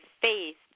faith